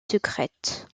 secrètes